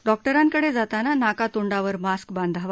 डॉक्टरांकडे जाताना नाकातोंडावर मास्क बांधावा